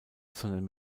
sondern